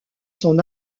son